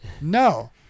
No